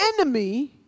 enemy